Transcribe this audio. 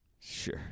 sure